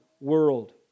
world